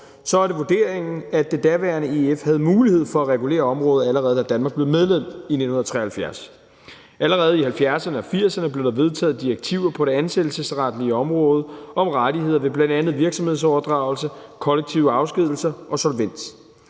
er det vurderingen, at det daværende EF havde mulighed for at regulere området, allerede da Danmark blev medlem i 1973. Allerede i 1970'erne og 1980'erne blev der vedtaget direktiver på det ansættelsesretlige område om rettigheder ved bl.a. virksomhedsoverdragelser, kollektive afskedigelser og solvens.